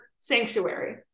sanctuary